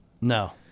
No